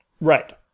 Right